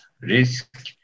risk